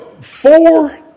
four